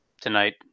tonight